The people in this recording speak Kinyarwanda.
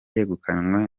yegukanywe